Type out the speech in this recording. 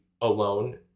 alone